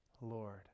Lord